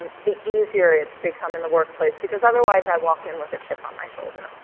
the easier it's become in the workplace because otherwise i walk in with a chip on my shoulder.